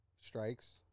strikes